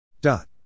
Dot